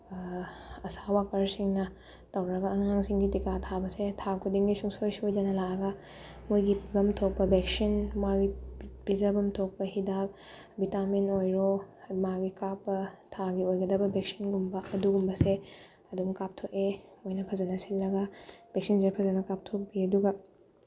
ꯑꯁꯥ ꯋꯥꯀꯔꯁꯤꯡꯅ ꯇꯧꯔꯒ ꯑꯉꯥꯡꯁꯤꯡꯒꯤ ꯇꯤꯀꯥ ꯊꯥꯕꯁꯦ ꯊꯥ ꯈꯨꯗꯤꯡꯒꯤ ꯁꯨꯡꯁꯣꯏ ꯁꯣꯏꯗꯅ ꯂꯥꯛꯑꯒ ꯃꯣꯏꯒꯤ ꯄꯤꯕꯝ ꯊꯣꯛꯄ ꯚꯦꯛꯁꯤꯟ ꯃꯥꯒꯤ ꯄꯤꯖꯕꯝ ꯊꯣꯛꯄ ꯍꯤꯗꯥꯛ ꯚꯤꯇꯥꯃꯤꯟ ꯑꯣꯏꯔꯣ ꯃꯥꯒꯤ ꯀꯥꯞꯄ ꯊꯥꯒꯤ ꯑꯣꯏꯒꯗꯕ ꯚꯦꯛꯔꯁꯤꯟꯒꯨꯝꯕ ꯑꯗꯨꯒꯨꯝꯕꯁꯦ ꯑꯗꯨꯝ ꯀꯥꯞꯊꯣꯛꯑꯦ ꯃꯣꯏꯅ ꯐꯖꯅ ꯁꯤꯜꯂꯒ ꯚꯦꯛꯁꯤꯟꯁꯦ ꯐꯖꯅ ꯀꯥꯞꯊꯣꯛꯄꯤ ꯑꯗꯨꯒ